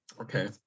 Okay